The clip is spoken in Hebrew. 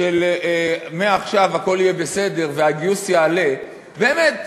של "מעכשיו הכול יהיה בסדר והגיוס יעלה" באמת,